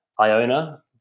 Iona